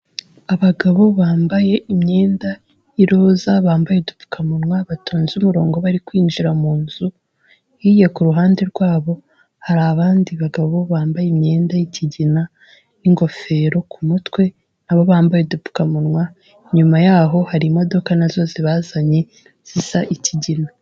Abagabo bambaye imyenda y'iroza, bambaye udupfukamunwa, batonze umurongo bari kwinjira mu nzu, hirya ku ruhande rwabo hari abandi bagabo bambaye imyenda y'ikigina, n'ingofero ku mutwe, na bo bambaye udupfukamunwa, inyuma yaho hari imodoka na zo zibazanye zisa ikigina.